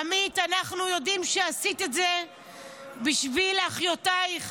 עמית, אנחנו יודעים שעשית את זה בשביל אחיותייך